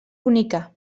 bonica